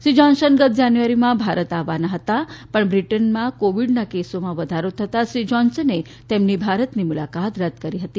Shri Johnson ગત જાન્યુઆરીમાં ભારત આવવાના હતા પણ બ્રિટનમાં કોવીડના કેસોમાં વધારો થતા શ્રી જોન્સને તેમની ભારતની મુલાકાત રદ કરી હતી